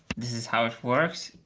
this is how it works.